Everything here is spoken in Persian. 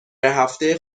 هفته